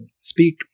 speak